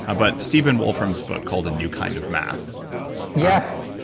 ah but stephen wolfram's book called a new kind of math yes.